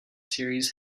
series